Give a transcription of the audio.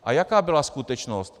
A jaká byla skutečnost?